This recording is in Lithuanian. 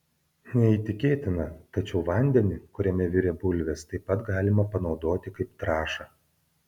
neįtikėtina tačiau vandenį kuriame virė bulvės taip pat galima panaudoti kaip trąšą